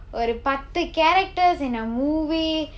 ஒரு பத்து:oru patthu characters in a movie